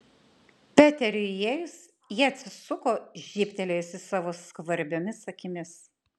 peteriui įėjus ji atsisuko žybtelėjusi savo skvarbiomis akimis